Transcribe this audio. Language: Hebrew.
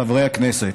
חברי הכנסת,